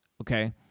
okay